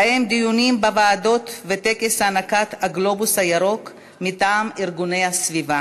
ובהם דיונים בוועדות וטקס הענקת "הגלובוס הירוק" מטעם ארגוני הסביבה.